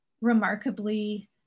remarkably